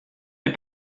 est